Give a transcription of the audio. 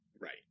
Right